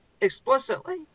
explicitly